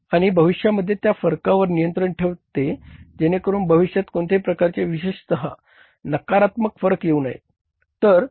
आणि भविष्यामध्ये त्या फरकावर नियंत्रण ठेवते जेणेकरून भविष्यात कोणत्याही प्रकारचे विशेषत नकारात्मक फरक येऊ नयेत